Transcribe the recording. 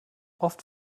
oft